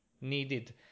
needed